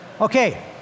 Okay